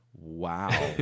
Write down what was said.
Wow